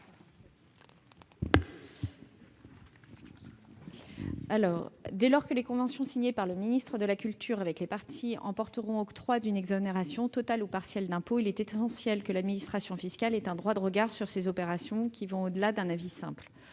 d'État. Dès lors que les conventions signées par le ministre de la culture avec les parties emporteront octroi d'une exonération d'impôt, totale ou partielle, il est essentiel que l'administration fiscale ait un droit de regard sur ces opérations qui vont au-delà d'un avis simple.